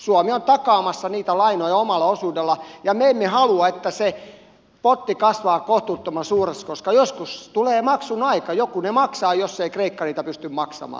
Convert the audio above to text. suomi on takaamassa niitä lainoja omalla osuudellaan ja me emme halua että se potti kasvaa kohtuuttoman suureksi koska joskus tulee maksun aika joku ne maksaa jos ennen kristusta ikka niitä pysty maksamaan